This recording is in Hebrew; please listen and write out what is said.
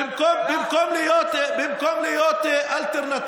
במקום להיות אלטרנטיבה,